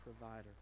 provider